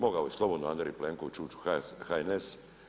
Mogao je slobodno Andrej Plenković ući u HNS.